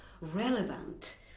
relevant